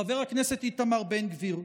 חבר הכנסת איתמר בן גביר.